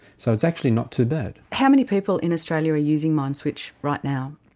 so it's actually not too bad. how many people in australia are using mind switch right now?